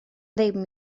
ddim